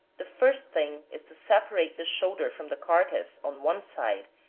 the first thing is to separate the shoulder from the carcass on one side,